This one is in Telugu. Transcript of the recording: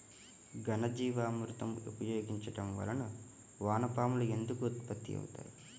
ఘనజీవామృతం ఉపయోగించటం వలన వాన పాములు ఎందుకు ఉత్పత్తి అవుతాయి?